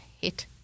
hit